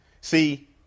See